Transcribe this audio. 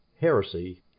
heresy